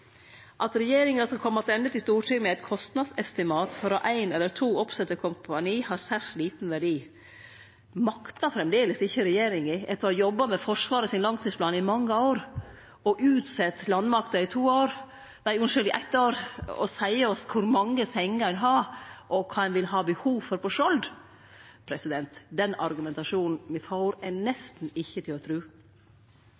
At regjeringa skal kome attende til Stortinget med eit kostnadsestimat for å ha ein eller to oppsette kompani, har særs liten verdi. Maktar framleis ikkje regjeringa – etter å ha jobba med Forsvarets langtidsplan i mange år og utsett landmakta i eitt år – å seie oss kor mange senger ein har, og kva ein vil ha behov for på Skjold? Den argumentasjonen me får, er